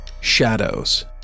Shadows